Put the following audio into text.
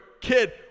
kid